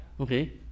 Okay